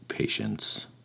Patience